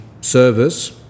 service